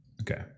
Okay